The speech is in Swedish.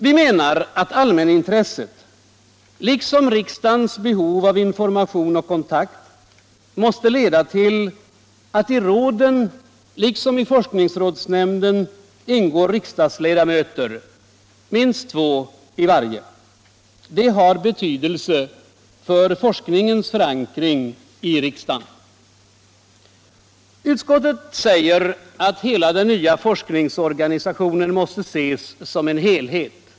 Vi menar att allmänintresset — liksom riksdagens behov av information och kontakt — måste leda till att i råden liksom i forskningsrådsnämnden ingår riksdagsledamöter — minst två i varje. Det har betydelse för forskningens förankring i riksdagen. Utskottet säger att hela den nya forskningsorganisationen måste ses som en helhet.